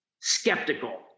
skeptical